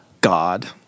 God